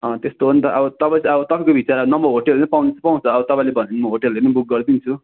अँ त्यस्तो हो नि त अब तपाईँ त अब तपाईँको विचर है नभए होटेल पाउँ पाउँछ अब तपाईँले भने म होटेलहरू पनि बुक गरिदिन्छु